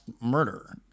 murder